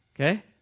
Okay